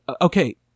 Okay